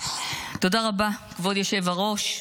תודה רבה, כבוד היושב-ראש.